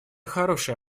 хорошая